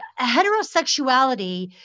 Heterosexuality